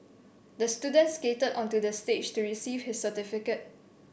the student skated onto the stage to receive his certificate